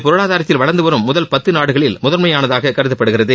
பொருளாதாரத்தில் வளர்ந்து வரும் முதல் பத்து நாடுகளில் முதன்மையானதாக கருதப்படுகிறது